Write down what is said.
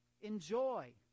enjoy